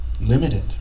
limited